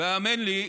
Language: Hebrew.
והאמן לי,